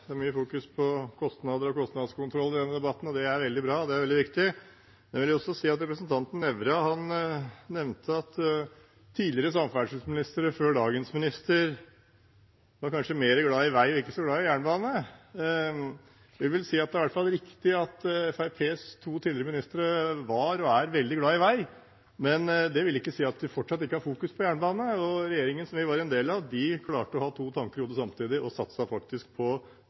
mye fokus på kostnader og kostnadskontroll i denne debatten, og det er veldig bra. Det er veldig viktig. Representanten Nævra nevnte at tidligere samferdselsministre før dagens minister kanskje var mer glad i vei og ikke så glad i jernbane. Jeg vil si at det er i hvert fall riktig at Fremskrittspartiets to tidligere samferdselsministre var og er veldig glad i vei, men det vil ikke si at vi fortsatt ikke har fokus på jernbane. Regjeringen som vi var en del av, klarte å ha to tanker i hodet samtidig og satset faktisk på